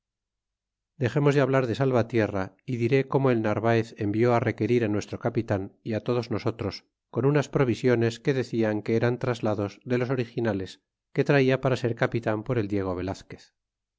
dexemos de hablar del salvatierra é diré como el narvaez envió á requerir á nuestro capitan é todos nosotros con unas provisiones que decian que eran traslados de los originales que traia para ser capitan por el diego velazquez